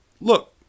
look